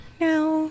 no